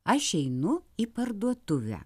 aš einu į parduotuvę